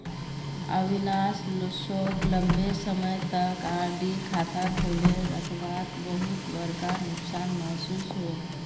अविनाश सोक लंबे समय तक आर.डी खाता खोले रखवात बहुत बड़का नुकसान महसूस होल